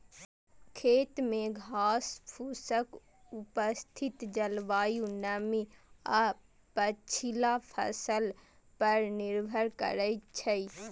खेत मे घासफूसक उपस्थिति जलवायु, नमी आ पछिला फसल पर निर्भर करै छै